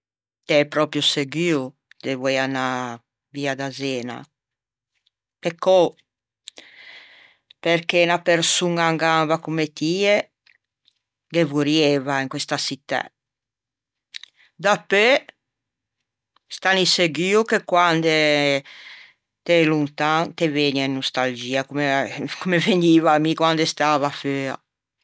T'ê pròpio seguo de voei anâ via da Zena? Peccou perché unna persoña in gamba comme tie ghe vorrieiva in questa çittæ. Dapeu stanni seguo che quande t'ê lontan te vëgne nostalgia comme a comme vegniva à mi quande stava feua.